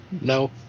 no